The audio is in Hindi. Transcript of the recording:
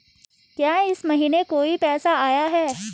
क्या इस महीने कोई पैसा आया है?